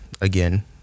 again